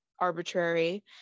arbitrary